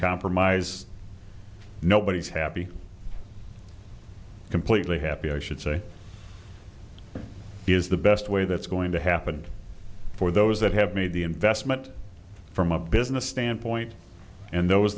compromise nobody's happy completely happy i should say is the best way that's going to happen for those that have made the investment from a business standpoint and those